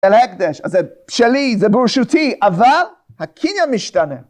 אל ההקדש, זה שלי, זה ברשותי, אבל הקנין משתנה.